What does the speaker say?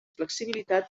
flexibilitat